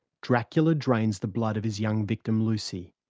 dracula drains the blood of his young victim, lucy,